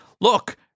Look